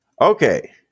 Okay